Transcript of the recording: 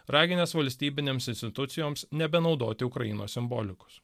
raginęs valstybinėms institucijoms nebenaudoti ukrainos simbolikos